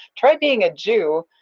try being a jew,